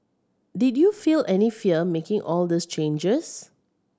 did you feel any fear making all these changes